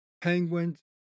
Penguins